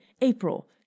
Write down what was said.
April